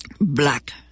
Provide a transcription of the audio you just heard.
black